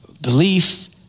belief